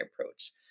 approach